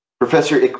Professor